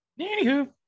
Anywho